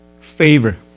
favor